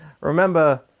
Remember